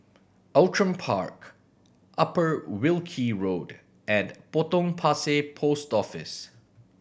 Outram Park Upper Wilkie Road and Potong Pasir Post Office